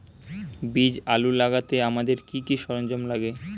বীজ আলু লাগাতে আমাদের কি কি সরঞ্জাম লাগে?